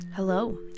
Hello